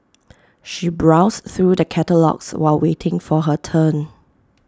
she browsed through the catalogues while waiting for her turn